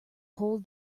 whole